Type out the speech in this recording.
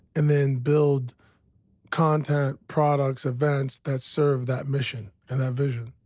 and then build content, products, events that serve that mission and that vision.